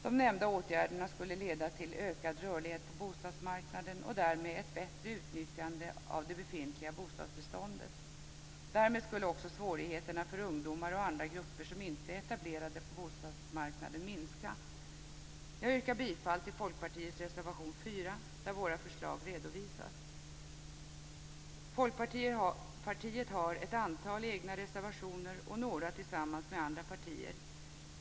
De nämnda åtgärderna skulle leda till ökad rörlighet på bostadsmarknaden och därmed ett bättre utnyttjande av det befintliga bostadsbeståndet. Därmed skulle också svårigheterna för ungdomar och andra grupper, som inte är etablerade på bostadsmarknaden, minska. Jag yrkar bifall till Folkpartiets reservation 4 där våra förslag redovisas. Folkpartiet har ett antal egna reservationer och några tillsammans med andra partier.